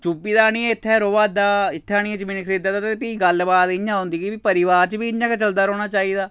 चुब्बी दा निं इत्थै रौहा दा इत्थै आनियै जमीन खरीदा दा ते फ्ही गल्ल बात इ'यां होंदी कि परिवार च बी इ'यां गै चलदा रौह्ना चाहिदा